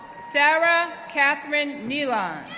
sarah katherine nealon,